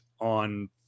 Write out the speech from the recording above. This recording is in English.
on